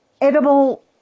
edible